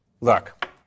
Look